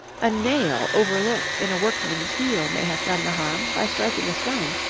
a nail overlooked in a workman's heel may have done the harm by striking a stone,